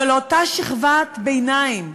אבל אותה שכבת ביניים,